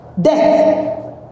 death